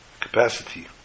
capacity